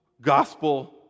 gospel